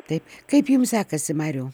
taip kaip jum sekasi mariau